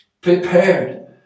prepared